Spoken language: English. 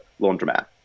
laundromat